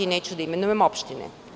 Neću da imenujem opštine.